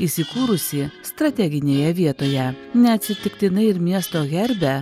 įsikūrusį strateginėje vietoje neatsitiktinai ir miesto herbe